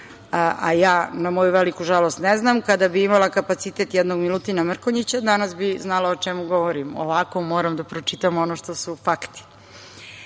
a ja, na moju veliku žalost, ne znam. Kada bih imala kapacitet jednog Milutina Mrkonjića, danas bih znala o čemu govorim, ovako moram da pročitam ono što su